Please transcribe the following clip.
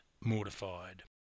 mortified